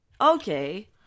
Okay